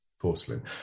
porcelain